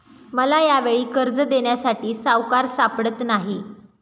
मला यावेळी कर्ज देण्यासाठी सावकार सापडत नाही